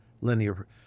linear